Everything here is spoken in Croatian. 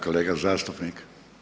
kolega zastupnik.